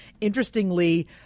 Interestingly